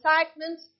excitement